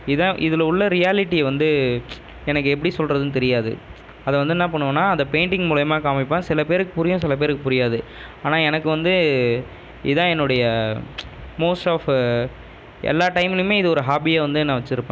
இதான் இதில் உள்ள ரியாலிட்டி வந்து எனக்கு எப்படி சொல்லுறதுன்னு தெரியாது அதை வந்து என்ன பண்ணுவேனா அதை பெயிண்ட்டிங் மூலியமாக காமிப்பேன் சில பேருக்கு புரியும் சில பேருக்கு புரியாது ஆனால் எனக்கு வந்து இதான் என்னுடைய மோஸ்ட்டாஃப் எல்லா டைம்லியுமே இது ஒரு ஹாபியாக வந்து நான் வச்சுருப்பேன்